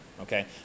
Okay